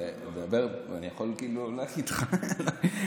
דבר, אני יכול לפרט איתך את הרזומה שלי.